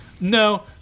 no